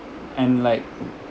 and like